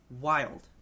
wild